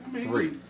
three